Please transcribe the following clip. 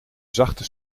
zachte